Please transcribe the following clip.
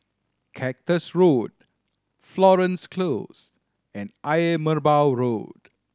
Cactus Road Florence Close and Ayer Merbau Road